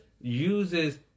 uses